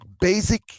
basic